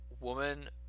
woman